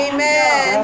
Amen